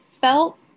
felt